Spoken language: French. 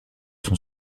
son